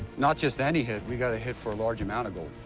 not just any hit. we got a hit for a large amount of gold.